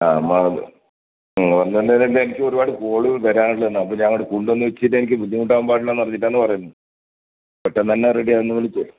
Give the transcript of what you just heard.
ആ മാത് പറഞ്ഞുവന്നതെന്നാൽ എനിക്കൊരുപാട് കോള് വരാനുള്ളതാണ് അപ്പോൾ ഞാനവിടെ കൊണ്ടുവന്നുവെച്ചിട്ട് എനിക്ക് ബുദ്ധിമുട്ടാവാൻ പാടില്ലന്നു പറഞ്ഞിട്ടാണ് പറയുന്നത് പെട്ടെന്നു തന്നെ റെഡിയാവുന്ന പോലെ ചെയ്യുക